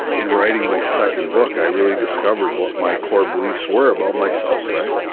in writing my second book i really discovered what my core beliefs were about myself right?